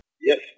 Yes